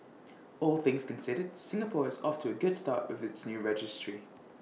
all things considered Singapore is off to A good start with its new registry